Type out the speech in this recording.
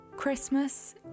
Christmas